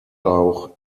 auch